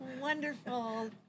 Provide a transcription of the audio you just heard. Wonderful